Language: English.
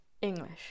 English